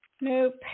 Nope